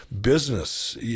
business